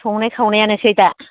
संनाय खावनायानोसै दा